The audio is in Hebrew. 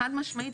חד משמעית.